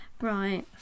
Right